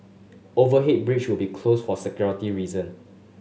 overhead bridge will be closed for security reason